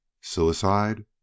Suicide